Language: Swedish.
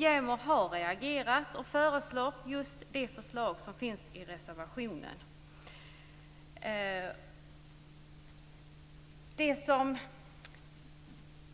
JämO har reagerat och lagt fram just det förslag som finns i reservationen. Sådana